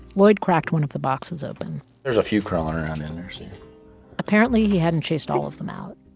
lloyd cracked one of the boxes open there's a few crawling around in there apparently, he hadn't chased all of them out